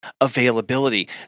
availability